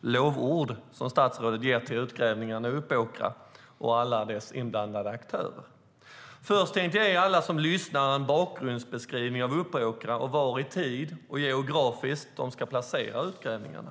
lovord som statsrådet ger till utgrävningarna i Uppåkra och alla inblandade aktörer. Först ska jag ge alla som lyssnar en bakgrundsbeskrivning av Uppåkra och var i tid och geografiskt de ska placera utgrävningarna.